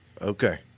Okay